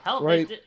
right